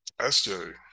sj